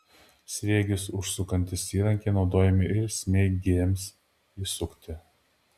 sriegius užsukantys įrankiai naudojami ir smeigėms įsukti